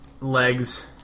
Legs